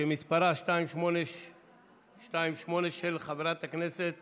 שמספרה 2828/24, של חברת הכנסת